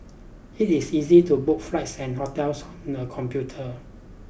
it is easy to book flights and hotels on the computer